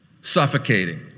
Suffocating